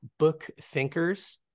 bookthinkers